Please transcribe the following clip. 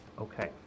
Okay